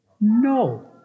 No